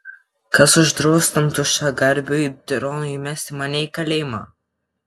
kas uždraus tam tuščiagarbiui tironui įmesti mane į kalėjimą